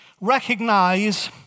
recognize